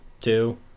two